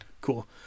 Cool